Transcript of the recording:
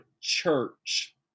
church